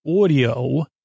Audio